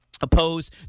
oppose